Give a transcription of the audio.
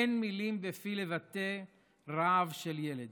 אין מילים בפי לבטא רעב של ילד,